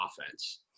offense